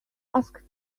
ask